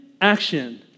action